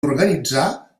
organitzar